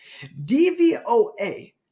DVOA